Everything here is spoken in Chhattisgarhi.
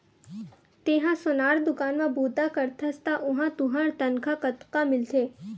तेंहा सोनार दुकान म बूता करथस त उहां तुंहर तनखा कतका मिलथे?